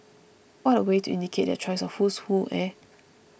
what a way to indicate their choice of who's who eh